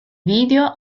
video